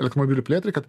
elektromobilių plėtrai kad